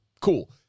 Cool